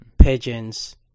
pigeons